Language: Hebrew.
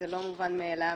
זה לא מובן מאליו,